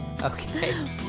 Okay